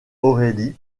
aurélie